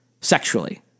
sexually